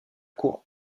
cour